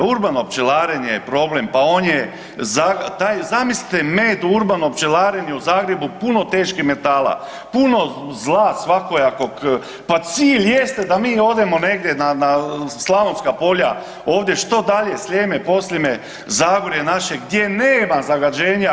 Urbano pčelarenje je problem, pa on je, zamislite med u urbanom pčelaranju u Zagrebu puno teških metala, puno zla svakojakog, pa cilj jeste da mi odemo negdje na, na slavonska polja, ovdje što dalje Sljeme, Podsljeme, Zagorje naše gdje nema zagađenja.